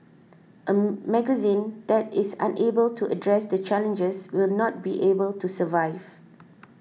a magazine that is unable to address the challenges will not be able to survive